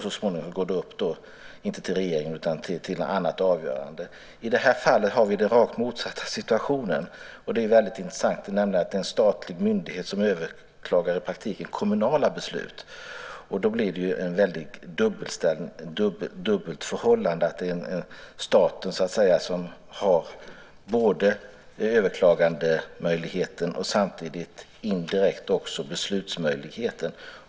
Så småningom går det vidare inte till regeringen utan till något annat avgörande. I det här fallet har vi den rakt motsatta situationen, och det är väldigt intressant. Det är nämligen en statlig myndighet som i praktiken överklagar kommunala beslut. Det blir ju ett väldigt dubbelt förhållande, att staten så att säga har både överklagandemöjligheten och indirekt beslutsmöjligheten.